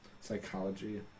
psychology